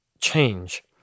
change